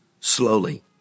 slowly